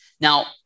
Now